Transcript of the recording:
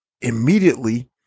immediately